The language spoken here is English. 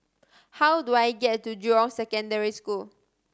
how do I get to Jurong Secondary School